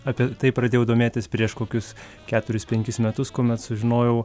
apie tai pradėjau domėtis prieš kokius keturis penkis metus kuomet sužinojau